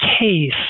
case